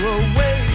away